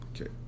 okay